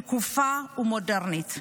שקופה ומודרנית.